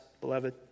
beloved